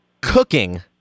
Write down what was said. Cooking